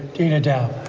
dana dow.